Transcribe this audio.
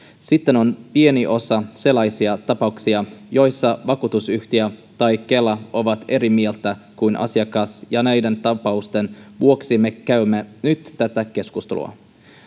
sitten on pieni osa sellaisia tapauksia joissa vakuutusyhtiö tai kela on eri mieltä kuin asiakas ja näiden tapausten vuoksi me käymme nyt tätä keskustelua